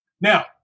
Now